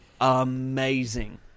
Amazing